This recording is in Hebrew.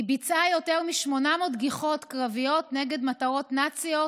היא ביצעה יותר מ-800 גיחות קרביות נגד מטרות נאציות,